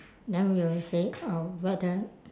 then we'll say uh whether